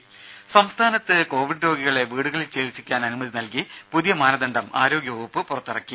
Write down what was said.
ദേദ സംസ്ഥാനത്ത് കൊവിഡ് രോഗികളെ വീടുകളിൽ ചികിത്സിക്കാൻ അനുമതി നൽകി പുതിയ മാനദണ്ഡം ആരോഗ്യവകുപ്പ് പുറത്തിറക്കി